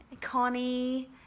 Connie